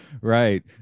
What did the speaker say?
right